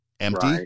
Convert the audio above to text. empty